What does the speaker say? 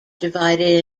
divided